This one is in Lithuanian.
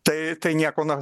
tai tai niekuo na